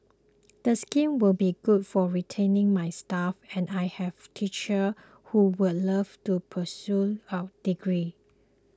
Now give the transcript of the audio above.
the scheme would be good for retaining my staff and I have teachers who would love to pursue adegree